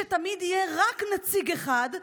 שתמיד יהיה רק נציג אחד,